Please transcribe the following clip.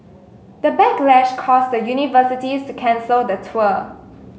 the backlash caused the universities to cancel the tour